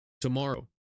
Tomorrow